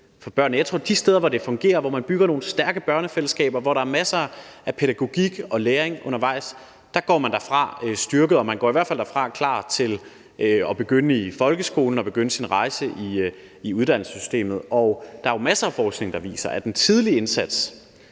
Jeg tror, at de steder, hvor det fungerer, hvor man bygger nogle stærke børnefællesskaber, og hvor der er masser af pædagogik og læring undervejs, går børnene styrkede derfra, og de går i hvert fald derfra klar til at begynde i folkeskolen og begynde deres rejse i uddannelsessystemet. Der er jo masser af forskning, der viser, at den tidlige indsats,